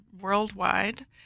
worldwide